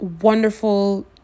wonderful